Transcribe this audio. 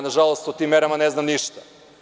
Nažalost, o tim merama ne znam ništa.